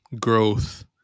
growth